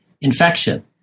infection